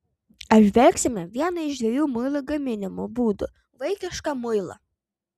apžvelgsime vieną iš dviejų muilo gaminimo būdų vaikišką muilą